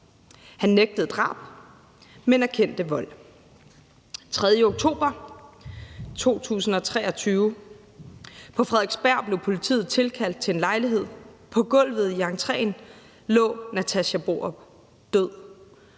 Han nægtede drab, men erkendte vold. Den 3. oktober 2023: På Frederiksberg blev politiet tilkaldt til en lejlighed. På gulvet i entréen lå Natasja Borup død,